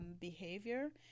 behavior